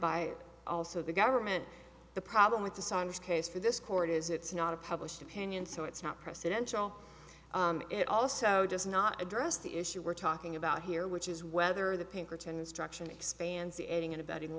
by also the government the problem with dishonest case for this court is it's not a published opinion so it's not presidential it also does not address the issue we're talking about here which is whether the pinkerton instruction expands the aiding and abetting